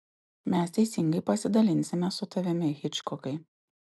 mes teisingai pasidalinsime su tavimi hičkokai